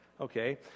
Okay